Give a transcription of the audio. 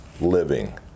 living